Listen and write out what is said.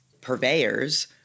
purveyors